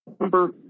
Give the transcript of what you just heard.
Number